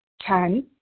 Ten